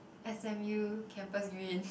S_M_U campus green